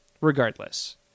Regardless